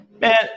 Man